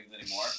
anymore